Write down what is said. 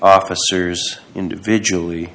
officers individually